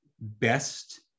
best